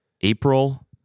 April